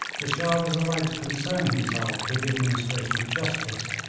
the shah was allowed to concern himself with the administration of justice,